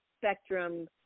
spectrum